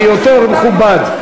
זה יותר מכובד.